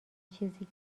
چیزی